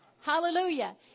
Hallelujah